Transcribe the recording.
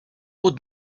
would